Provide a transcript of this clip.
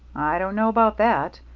i don't know about that.